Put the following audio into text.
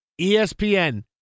ESPN